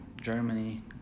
Germany